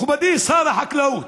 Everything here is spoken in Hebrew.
מכובדי שר החקלאות,